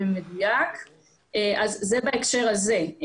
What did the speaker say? אז זה בהקשר הזה.